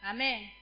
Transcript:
Amen